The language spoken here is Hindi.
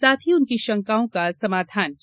साथ ही उनकी षंकाओं का समाधान किया